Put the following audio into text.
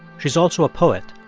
she's also a poet,